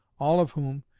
all of whom,